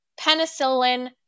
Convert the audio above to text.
penicillin